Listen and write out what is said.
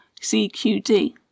CQD